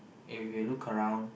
if you look around